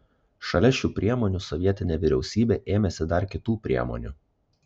šalia šių priemonių sovietinė vyriausybė ėmėsi dar kitų priemonių